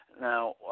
Now